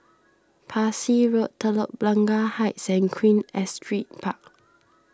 Parsi Road Telok Blangah Heights Queen Astrid Park